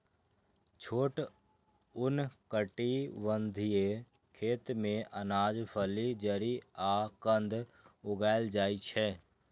छोट उष्णकटिबंधीय खेत मे अनाज, फली, जड़ि आ कंद उगाएल जाइ छै